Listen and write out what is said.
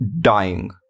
dying